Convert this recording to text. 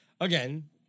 again